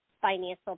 financial